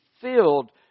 filled